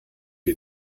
wir